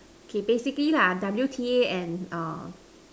K basically lah W_T_A and err